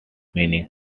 meaning